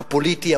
הפוליטי,